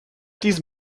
these